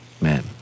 man